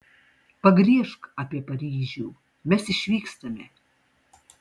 pagriežk apie paryžių mes išvykstame